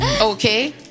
okay